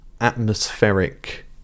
atmospheric